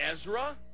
Ezra